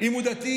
אם הוא דתי,